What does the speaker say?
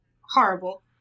horrible